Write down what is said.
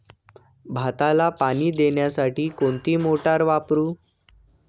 भाताला पाणी देण्यासाठी कोणती मोटार वापरू?